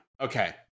okay